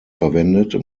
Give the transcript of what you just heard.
verwendet